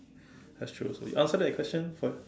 that's true also you answer that question for your